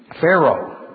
Pharaoh